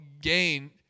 gain